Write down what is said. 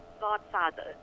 godfather